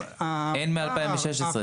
אין מאז שנת 2016 הסכם.